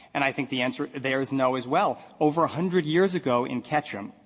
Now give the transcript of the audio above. and i think the answer there is no as well. over a hundred years ago in ketchum,